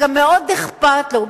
שגם מאוד אכפת לו,